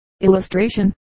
Illustration